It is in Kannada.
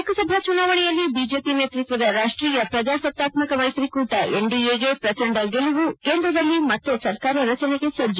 ಲೋಕಸಭಾ ಚುನಾವಣೆಯಲ್ಲಿ ಬಿಜೆಪಿ ನೇತೃತ್ವದ ರಾಷ್ಷೀಯ ಪ್ರಜಾಸತ್ತಾತ್ಮಕ ಮೈತ್ರಿಕೂಟ ಎನ್ಡಿಎಗೆ ಪ್ರಚಂಡ ಗೆಲುವು ಕೇಂದ್ರದಲ್ಲಿ ಮತ್ತೆ ಸರ್ಕಾರ ರಚನೆಗೆ ಸಜ್ಜ